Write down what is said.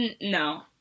No